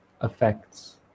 affects